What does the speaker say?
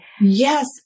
Yes